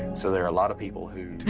so there are a lot of people who.